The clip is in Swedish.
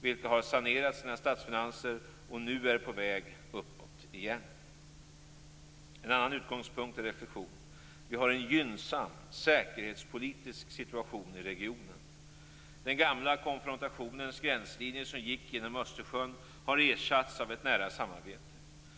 vilka har sanerat sina statsfinanser och nu är på väg uppåt igen. En annan utgångspunkt: Vi har en gynnsam säkerhetspolitisk situation i regionen. Den gamla konfrontationens gränslinje som gick genom Östersjön har ersatts av ett nära samarbete.